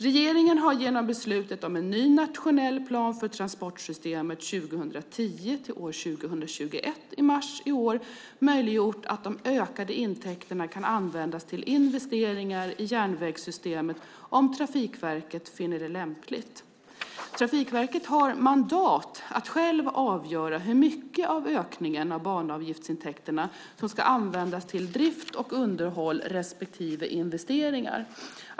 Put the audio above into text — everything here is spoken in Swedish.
Regeringen har genom beslutet i mars i år om ny nationell plan för transportsystemet 2010-2021 möjliggjort att de ökade intäkterna kan användas till investeringar i järnvägssystemet om Trafikverket finner det lämpligt. Trafikverket har mandat att själv avgöra hur mycket av ökningen av banavgiftsintäkterna som ska användas till drift och underhåll respektive investeringar.